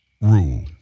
rule